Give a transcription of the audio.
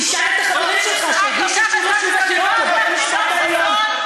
תשאל את החברים שלך שהגישו שוב ושוב עתירות לבית-המשפט העליון,